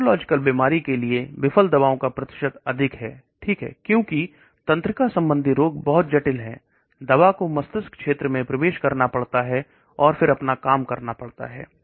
neurological बीमारी के लिए विफल दवाओं का प्रतिशत अधिक है तंत्रिका संबंधी रोग बहुत जटिल है दवा को मस्तिष्क के क्षेत्र में प्रवेश करना पड़ता है और फिर अपना काम करना पड़ता है